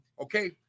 okay